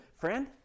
friend